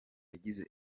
yagize